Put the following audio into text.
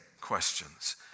questions